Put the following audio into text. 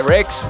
Rex